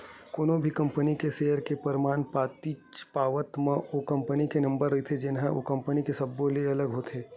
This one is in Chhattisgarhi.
कोनो भी कंपनी के सेयर के परमान पातीच पावत म ओ कंपनी के नंबर रहिथे जेनहा ओ कंपनी के सब्बो ले अलगे होथे